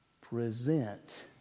Present